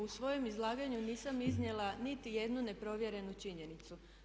U svojem izlaganju nisam iznijela nitijednu neprovjerenu činjenicu.